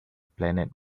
planet